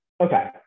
okay